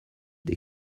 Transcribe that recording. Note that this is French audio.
des